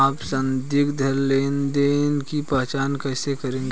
आप संदिग्ध लेनदेन की पहचान कैसे करेंगे?